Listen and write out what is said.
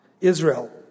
Israel